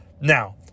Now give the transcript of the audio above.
Now